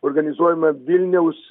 organizuojama vilniaus